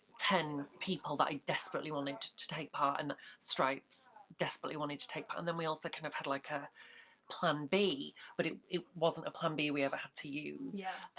ten people that i desperately wanted to to take part, and stripes desperately wanted to take part and then we also kind of had like a plan b, but it it wasn't a plan b we ever had to use. yeah.